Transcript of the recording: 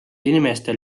inimesed